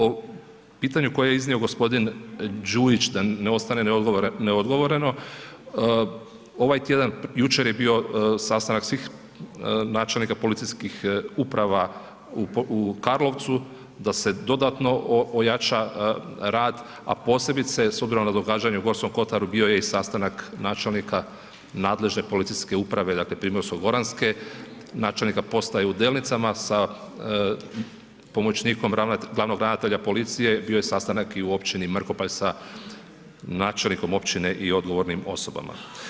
O pitanju koje je iznio g. Đujić da ne ostane odgovoreno, ovaj tjedan, jučer je bio sastanak svih načelnika policijskih uprava u Karlovcu, da se dodatno ojača rad, a posebice s obzirom na događanja u Gorskom kotaru, bio je i sastanak načelnika nadležne Policijske uprave, dakle Primorsko-goranske, načelnika postaje u Delnicama sa pomoćnikom glavnog ravnatelja policije, bio je sastanak i u općini Mrkopalj sa načelnikom općine i odgovornim osobama.